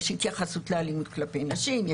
יש התייחסות לאלימות כלפי נשים,